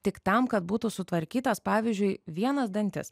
tik tam kad būtų sutvarkytas pavyzdžiui vienas dantis